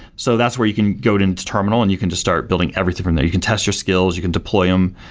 so that's where you can go into terminal and you can just start building everything from there. you can test your skills, you can deploy them,